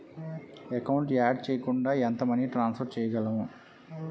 Account add చేయకుండా ఎంత money transfer చేయగలము?